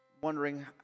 wondering